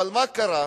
אבל מה קרה?